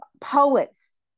poets